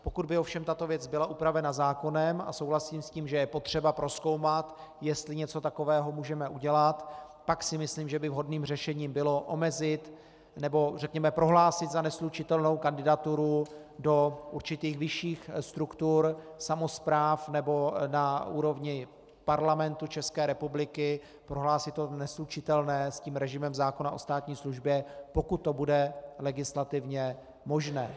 Pokud by ovšem tato věc byla upravena zákonem, a souhlasím s tím, že je potřeba prozkoumat, jestli něco takového můžeme udělat, pak si myslím, že by vhodným řešením bylo omezit nebo řekněme prohlásit za neslučitelnou kandidaturu do určitých vyšších struktur samospráv nebo na úrovni Parlamentu České republiky, prohlásit to za neslučitelné s režimem zákona o státní službě, pokud to bude legislativně možné.